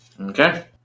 Okay